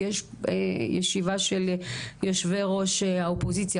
כי יש ישיבה של יושבי ראש האופוזיציה,